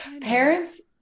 Parents